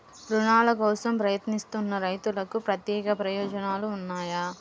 రుణాల కోసం ప్రయత్నిస్తున్న రైతులకు ప్రత్యేక ప్రయోజనాలు ఉన్నాయా?